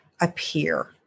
appear